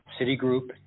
Citigroup